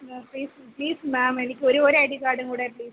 please please ma'am എനിക്കൊരു ഒരു I D കാഡും കൂടെ പ്ലീസ്സ്